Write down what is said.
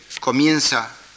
comienza